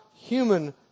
human